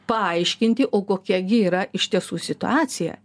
paaiškinti o kokia gi yra iš tiesų situacija